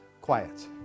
Quiet